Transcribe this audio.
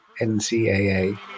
NCAA